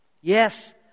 Yes